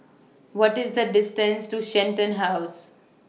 What IS The distance to Shenton House